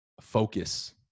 focus